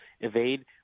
evade